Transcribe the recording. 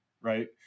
right